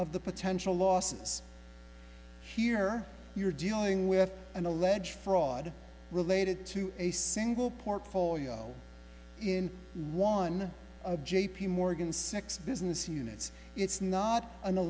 of the potential losses here you're dealing with an alleged fraud related to a single portfolio in one of j p morgan six business units it's not an